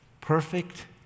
Perfect